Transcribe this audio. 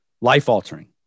life-altering